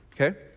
okay